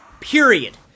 Period